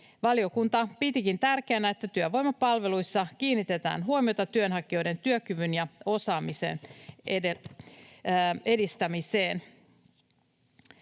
Valiokunta pitikin tärkeänä, että työvoimapalveluissa kiinnitetään huomiota työnhakijoiden työkyvyn ja osaamisen edistämiseen.